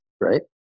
right